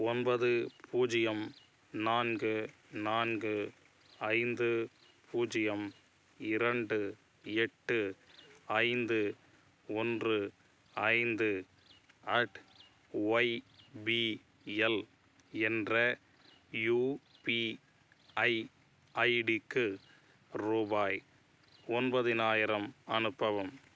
ஒன்பது பூஜ்ஜியம் நான்கு நான்கு ஐந்து பூஜ்ஜியம் இரண்டு எட்டு ஐந்து ஒன்று ஐந்து அட் ஒய்பிஎல் என்ற யுபிஐ ஐடிக்கு ரூபாய் ஒன்பதினாயிரம் அனுப்பவும்